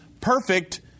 perfect